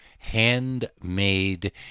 handmade